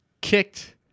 kicked